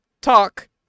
talk